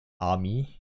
army